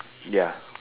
ya